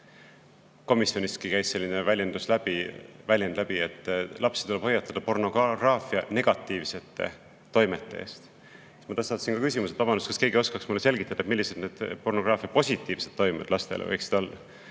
komisjoniski käis selline väljend läbi –, et lapsi tuleb hoiatada pornograafia negatiivsete toimete eest. Ma tõstatasin küsimuse: "Vabandust, kas keegi oskaks mulle selgitada, millised need pornograafia positiivsed toimed lastele võiksid olla?"